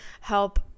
help